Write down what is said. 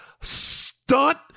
Stunt